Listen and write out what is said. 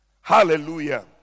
Hallelujah